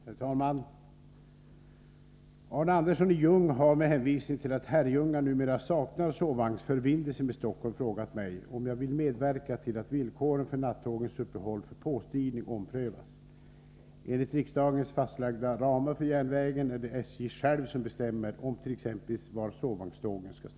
Herr talman! Arne Andersson i Ljung har, med hänvisning till att Herrljunga numera saknar sovvagnsförbindelse med Stockholm, frågat mig om jag vill medverka till att villkoren för nattågens uppehåll för påstigning omprövas.